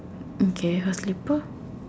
okay her slipper